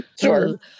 Sure